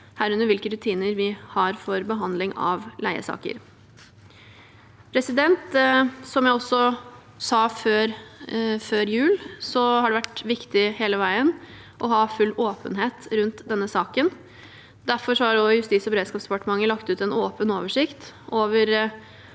herunder hvilke rutiner vi har for behandling av leiesaker. Som jeg også sa før jul, har det vært viktig hele veien å ha full åpenhet rundt denne saken. Derfor har Justisog beredskapsdepartementet lagt ut en åpen oversikt over